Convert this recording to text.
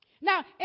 Now